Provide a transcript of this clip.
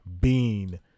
Bean